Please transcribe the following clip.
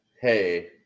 hey